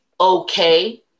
okay